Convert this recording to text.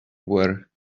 were